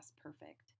perfect